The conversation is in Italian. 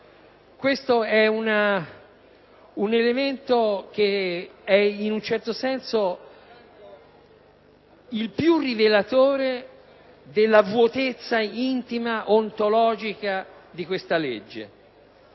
Questo e un elemento che ein un certo senso il piu rilevatore della vuotezza intima e ontologica di questa legge.